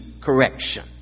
correction